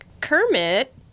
Kermit